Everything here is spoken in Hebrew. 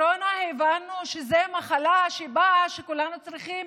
הבנו שהקורונה זו מחלה שכולנו צריכים